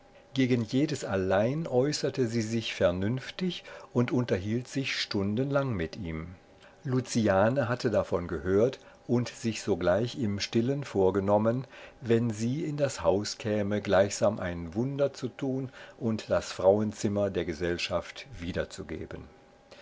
gegen jedes allein äußerte sie sich vernünftig und unterhielt sich stundenlang mit ihm luciane hatte davon gehört und sich sogleich im stillen vorgenommen wenn sie in das haus käme gleichsam ein wunder zu tun und das frauenzimmer der gesellschaft wiederzugeben